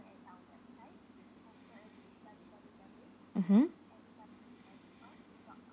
mmhmm